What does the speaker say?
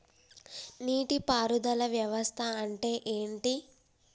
నీటి పారుదల వ్యవస్థ అంటే ఏంటి?